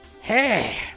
Hey